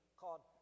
called